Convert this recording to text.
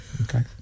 Okay